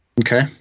Okay